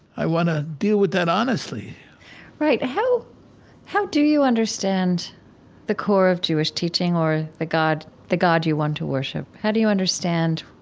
i want to deal with that honestly right. how how do you understand the core of jewish teaching or the god you want to worship? how do you understand